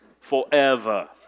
forever